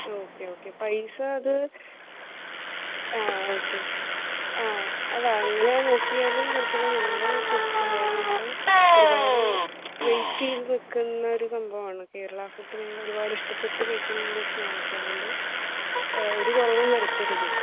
okay okay പൈസ അത് ആ ഓക്കേ ആ അല്ല അങ്ങനെ നോക്കിയാലും കുഴപ്പമില്ല ഞങ്ങൾ ഫുഡ് അതായത് ഞങ്ങൾ ഒരുപാട് വെയിറ്റ് ചെയ്തു നിൽക്കുന്ന ഒരു സംഭവമാണ് കേരള ഫുഡ് ഞങ്ങൾ ഒരുപാട് ഇഷ്ടപ്പെട്ട് കഴിക്കുന്നതൊക്കെയാണ് അപ്പോൾ അതുകൊണ്ട് ഒരു കുറവും വരുത്തരുത്